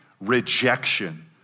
rejection